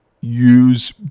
use